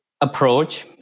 approach